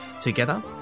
Together